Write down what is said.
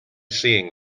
seeing